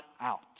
out